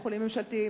בתי-חולים ממשלתיים,